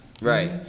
Right